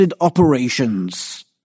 operations